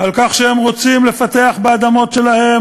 על כך שהם רוצים לפתח באדמות שלהם,